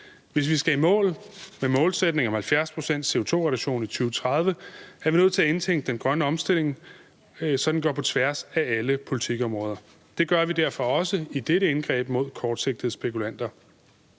Hvis vi skal i mål med målsætningen om en CO2-reduktion på 70 pct. i 2030, er vi nødt til at indtænke den grønne omstilling, så den går på tværs af alle politikområder. Det gør vi derfor også i dette indgreb mod kortsigtede spekulanter.